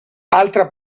altra